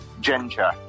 ginger